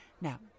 Now